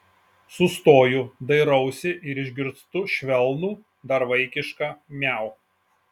sustoju dairausi ir išgirstu švelnų dar vaikišką miau